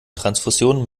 transfusionen